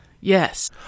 Yes